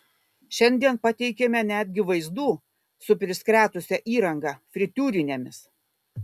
šiandien pateikėme netgi vaizdų su priskretusia įranga fritiūrinėmis